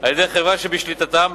על-ידי חברה שבשליטתם,